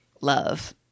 love